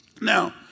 Now